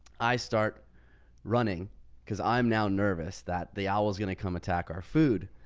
i start running because i'm now nervous that the hour's going to come attack our food,